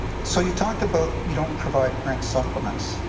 so you talked about you don't provide rent supplements.